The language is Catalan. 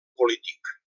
polític